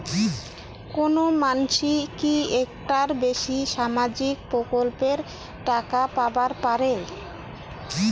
কোনো মানসি কি একটার বেশি সামাজিক প্রকল্পের টাকা পাবার পারে?